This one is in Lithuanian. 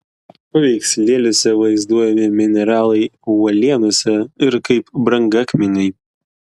paveikslėliuose vaizduojami mineralai uolienose ir kaip brangakmeniai